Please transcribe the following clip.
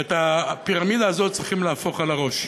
ואת הפירמידה הזאת צריך להפוך על הראש.